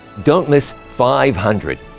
don't miss five hundred.